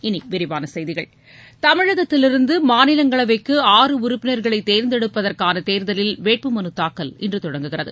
இனி விரிவான செய்திகள் தமிழகத்திலிருந்து மாநிலங்களவைக்கு ஆறு உறுப்பினர்களை தேர்ந்தெடுப்பதற்கான தேர்தலின் வேட்பு மனு தாக்கல் இன்று தொடங்குகிறது